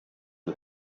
who